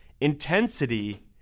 intensity